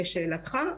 לשאלתך,